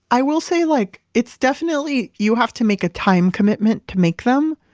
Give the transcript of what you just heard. i will say like it's definitely, you have to make a time commitment to make them,